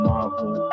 Marvel